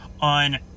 on